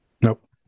Nope